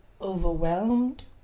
overwhelmed